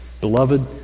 Beloved